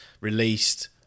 released